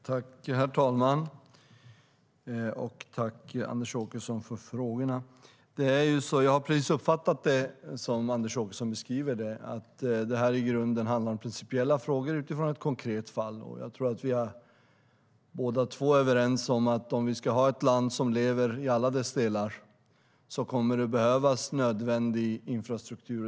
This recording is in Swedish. Herr talman! Jag vill tacka Anders Åkesson för frågorna. Jag har uppfattat det precis som Anders Åkesson beskriver. Detta handlar i grunden om principiella frågor utifrån ett konkret fall. Jag tror att vi båda är överens om att ifall vi ska ha ett land som lever i alla sina delar kommer det att behövas nödvändig infrastruktur.